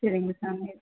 சரிங்க சாமி